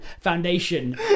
Foundation